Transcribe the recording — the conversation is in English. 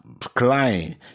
crying